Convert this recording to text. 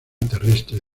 terrestre